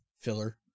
filler